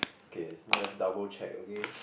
okay now let's double check okay